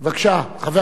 בבקשה, חבר